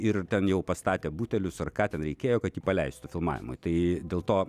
ir ten jau pastatė butelius ar ką ten reikėjo kad jį paleistų filmavimui tai dėl to